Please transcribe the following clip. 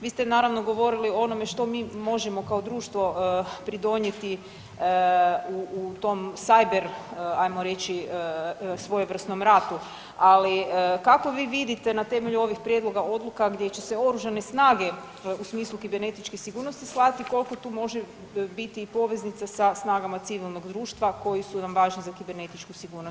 Vi ste naravno govorili o onome što mi možemo kao društvo pridonijeti u tom cyber ajmo reći svojevrsnom ratu, ali kako vi vidite na temelju ovih prijedloga odluka gdje će se Oružane snage u smislu kibernetičke sigurnosti slati, koliko tu može biti i poveznica sa snagama civilnog društva koji su nam važni za kibernetičku sigurnost?